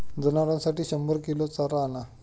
जनावरांसाठी शंभर किलो चारा आणा